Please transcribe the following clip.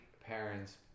parents